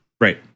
Right